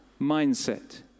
mindset